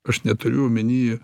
aš neturiu omeny